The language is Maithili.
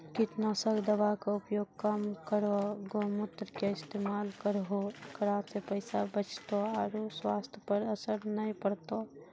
कीटनासक दवा के उपयोग कम करौं गौमूत्र के इस्तेमाल करहो ऐकरा से पैसा बचतौ आरु स्वाथ्य पर असर नैय परतौ?